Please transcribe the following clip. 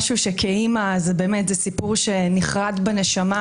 משהו שכאימא זה סיפור שנחרט בנשמה,